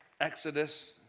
Exodus